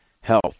health